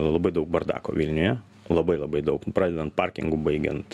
labai daug bardako vilniuje labai labai daug pradedant parkingu baigiant